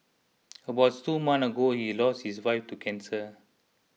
about two months ago he lost his wife to cancer